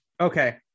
Okay